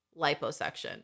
liposuction